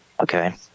Okay